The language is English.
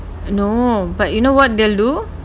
no but you know what they'll do